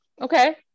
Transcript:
okay